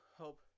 hope